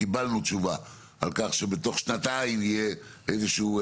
קיבלנו תשובה על כך שבתוך שנתיים יהיה איזשהו,